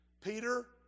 Peter